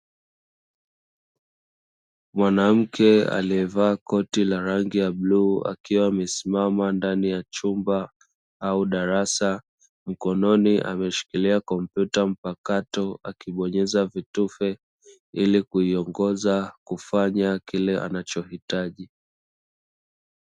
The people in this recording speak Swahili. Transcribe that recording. Mwanamke aliyevaa koti la rangi ya bluu, akiwa amesimama ndani ya chumba au darasa, mkononi ameshikilia kompyuta mpakato akibonyeza vitufe ili kuiongoza kufanya kile anachohitaji.